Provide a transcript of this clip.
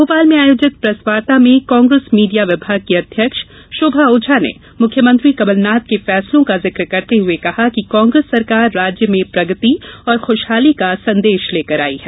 भोपाल में आयोजित प्रेसवार्ता में कांग्रेस मीडिया विभाग के अध्यक्ष शोभा ओझा ने मुख्यमंत्री कमलनाथ के फैसलों का जीक करते हुए कहा कि कांग्रेस सरकार राज्य में प्रगति और खुशहाली को संदेश लेकर आई है